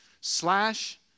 slash